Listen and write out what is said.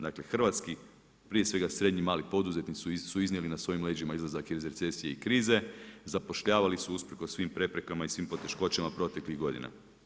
Dakle hrvatski prije svega srednji i mali poduzetnici su iznijeli na svojim leđima izlazak iz recesije i krize, zapošljavali su usprkos svim preprekama i poteškoćama proteklih godina.